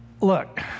Look